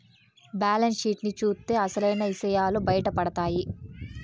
balance sheet ని చూత్తే అసలైన ఇసయాలు బయటపడతాయి